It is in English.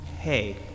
Hey